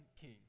king